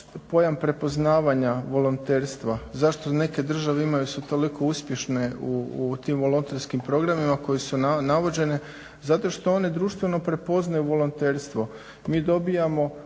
pojam prepoznavanja volonterstva. Zašto neke države imaju toliko uspješne volonterske programe koji su navođeni? Zato što one društveno prepoznaju volonterstvo. Mi dobijamo